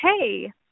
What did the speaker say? hey